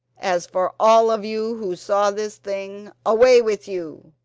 as for all of you who saw this thing away with you!